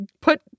put